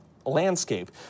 landscape